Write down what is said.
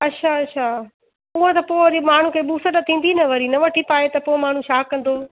अच्छा अच्छा पर पोइ वरी माण्हू खे ॿूसट थींदी न वरी न वठी पाए त पोइ माण्हू छा कंदो